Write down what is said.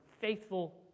faithful